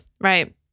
Right